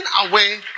away